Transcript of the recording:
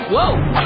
Whoa